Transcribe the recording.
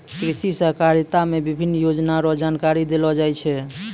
कृषि सहकारिता मे विभिन्न योजना रो जानकारी देलो जाय छै